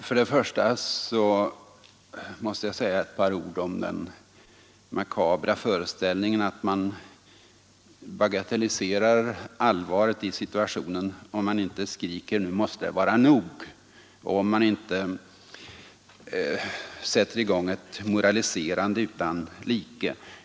Fru talman! Först vill jag säga några ord om den makabra föreställningen att man bagatelliserar allvaret i en situation om man inte skriker: ”Nu måste det vara nog!” och om man inte sätter i gång ett moraliserande utan like.